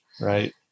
Right